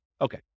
Okay